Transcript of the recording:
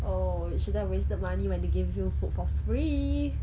oh you shouldn't have wasted money when they gave you food for free